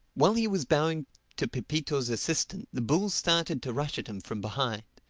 while he was bowing to pepito's assistant the bull started to rush at him from behind.